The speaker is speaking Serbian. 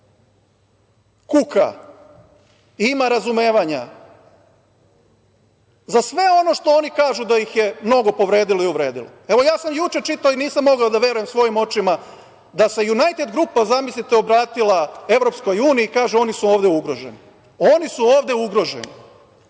kuka, ima razumevanja za sve ono što oni kaže da ih je mnogo povredilo ili uvredilo. Juče sam čitao i nisam mogao da verujem svojim očima da se Junajted grupa, zamislite, obratila EU - kaže oni su ovde ugroženi. Oni su ovde ugroženi?